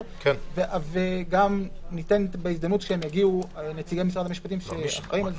וגם ניתן לנציגי משרד המשפטים שאחראים על זה,